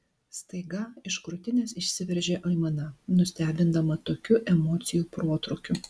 staiga iš krūtinės išsiveržė aimana nustebindama tokiu emocijų protrūkiu